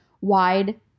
wide